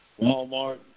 Walmart